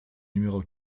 numéro